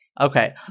Okay